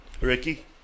Ricky